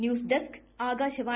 news desk Akashvani